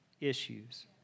issues